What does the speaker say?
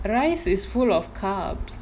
the rice is full of carbohydrates